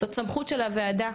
זאת סמכות של הוועדה,